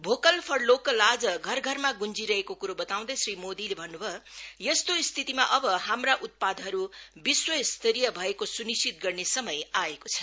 Bhokaal for local आज घरघरमा गुन्जिरहेको कुरो बताउँदै श्री मोदीले भन्नुभयो यस्तो स्थितिमा अब हाम्रा उत्पादहरु विश्वस्तरीय भएको सुनिश्चित गर्ने समय आएको छ